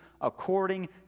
according